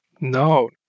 No